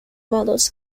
models